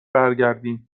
برگردین